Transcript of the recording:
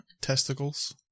testicles